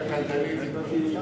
הקלדנית התבלבלה.